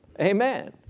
Amen